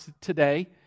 today